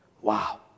Wow